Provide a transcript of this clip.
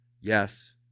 Yes